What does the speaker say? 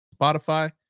Spotify